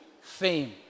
fame